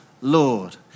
Lord